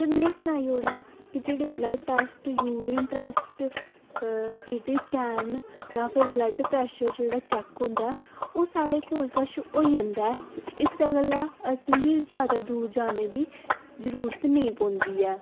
ते में सनाई उड़ां कि जेह्ड़े blood test urine test C T scan जां फिर ब्लड प्रैशर जेह्ड़ा चैक होंदा ऐ ओह् साढ़े कोल कच्छ होई जंदा ऐ इस्सै गल्ला असें गी ज्यादा दूर जाने दी जरूरत नेईं पौंदी ऐ